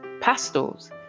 pastels